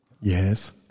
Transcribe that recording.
Yes